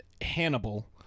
Hannibal